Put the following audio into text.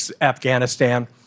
Afghanistan